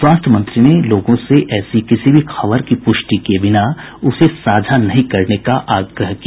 स्वास्थ्य मंत्री ने लोगों से ऐसी किसी भी खबर की पुष्टि किए बिना उसे साझा नहीं करने का आग्रह किया